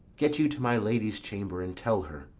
get you to my lady's chamber, and tell her,